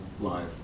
live